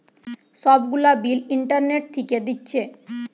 সব গুলা bill internet থিকে দিচ্ছে